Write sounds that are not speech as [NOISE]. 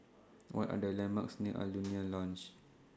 What Are The landmarks near Alaunia [NOISE] Lodge